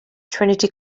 trinity